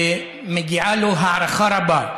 ומגיעה לו הערכה רבה,